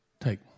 Take